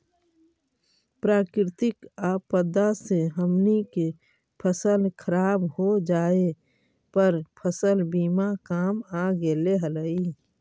प्राकृतिक आपदा से हमनी के फसल खराब हो जाए पर फसल बीमा काम आ गेले हलई